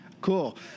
Cool